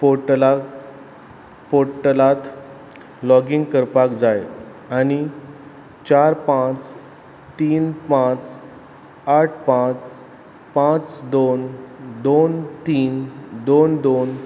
पोर्टला पोर्टलांत लॉगीन करपाक जाय आनी चार पांच तीन पांच आठ पांच पांच दोन दोन तीन दोन दोन